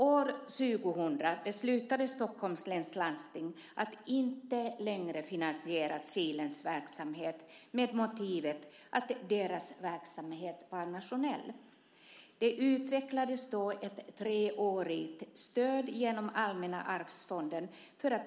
År 2000 beslutade Stockholms läns landsting att inte längre finansiera Kilens verksamhet med motivet att dess verksamhet var nationell. Det utvecklades då ett treårigt stöd genom Allmänna arvsfonden.